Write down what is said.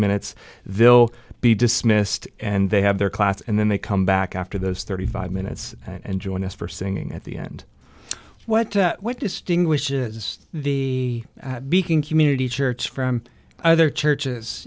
minutes they will be dismissed and they have their class and then they come back after those thirty five minutes and join us for singing at the end what what distinguishes the beaking community church from other churches